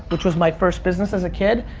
which was my first business as a kid,